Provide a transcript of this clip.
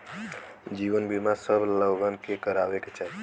जीवन बीमा सब लोगन के करावे के चाही